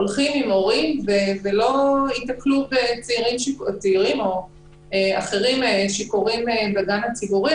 הולכים עם הורים ולא יתקלו בצעירים או אחרים שיכורים בגן הציבורי.